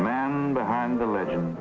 the man behind the legend